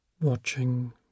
watching